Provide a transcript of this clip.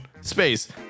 space